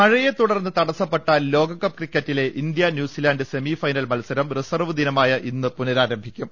മഴയെ തുടർന്ന് തടസ്സപ്പെട്ട ലോകകപ്പ് ക്രിക്കറ്റിലെ ഇന്ത്യ ന്യൂസിലൻഡ് സെമിഫൈനൽ മത്സരം റിസർവ് ദിനമായ ഇന്ന് പുനരാരംഭിക്കും